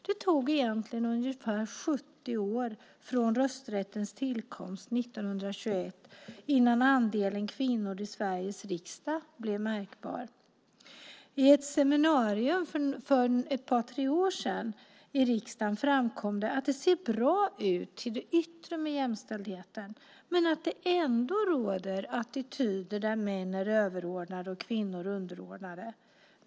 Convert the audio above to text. Det tog ungefär 70 år från rösträttens tillkomst år 1921 innan andelen kvinnor i Sveriges riksdag blev märkbar. Vid ett seminarium för ungefär tre år sedan i riksdagen framkom det att det ser bra ut till det yttre med jämställdheten men att det ändå råder attityder där män är överordnade och kvinnor underordnade.